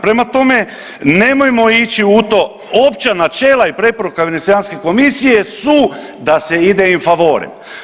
Prema tome, nemojmo ići u tom, opća načela i preporuka Venecijanske komisije su da se ide in favore.